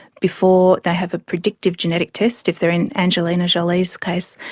before they have a predictive genetic test, if they are in angelina jolie's case,